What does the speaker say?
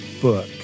book